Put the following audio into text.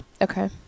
Okay